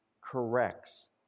corrects